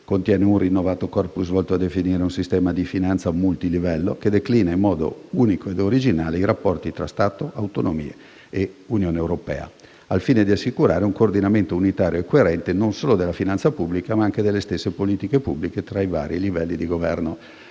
contiene un rinnovato *corpus* volto a definire un sistema di finanza multilivello che declina, in modo unico ed originale, i rapporti tra Stato, autonomie ed Unione europea, al fine di assicurare un coordinamento unitario e coerente, non solo della finanza pubblica ma anche delle stesse politiche pubbliche tra i diversi livelli di governo.